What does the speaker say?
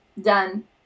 done